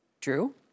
Drew